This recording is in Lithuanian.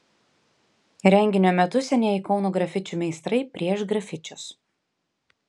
renginio metu senieji kauno grafičių meistrai pieš grafičius